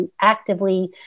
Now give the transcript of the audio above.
actively